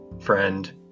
friend